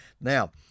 Now